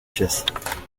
pièces